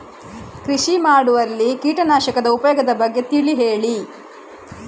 ಕೃಷಿ ಮಾಡುವಲ್ಲಿ ಕೀಟನಾಶಕದ ಉಪಯೋಗದ ಬಗ್ಗೆ ತಿಳಿ ಹೇಳಿ